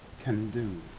can do